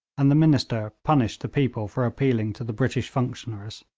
and the minister punished the people for appealing to the british functionaries.